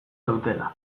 dutela